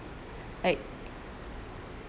like